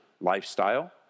lifestyle